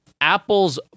Apple's